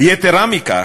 יתרה מכך,